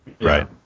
Right